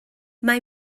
mae